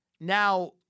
Now